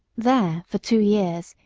there, for two years,